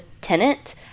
Tenant